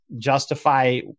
justify